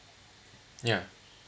yeah